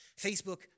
Facebook